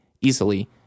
easily